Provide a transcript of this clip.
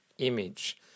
image